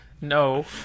No